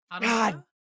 God